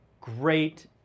great